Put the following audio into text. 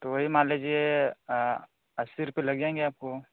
तो वही मान लीजिए अस्सी रूपये लग जाएँगे आपको